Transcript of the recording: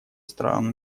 стран